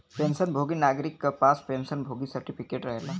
pension भोगी नागरिक क पास पेंशन भोगी सर्टिफिकेट रहेला